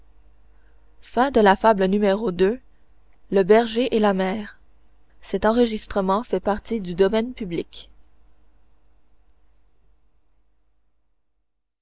ii le berger et la mer